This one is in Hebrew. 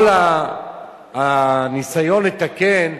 כל הניסיון לתקן: